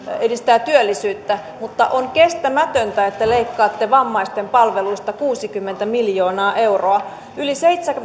edistää työllisyyttä mutta on kestämätöntä että leikkaatte vammaisten palveluista kuusikymmentä miljoonaa euroa yli